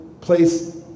place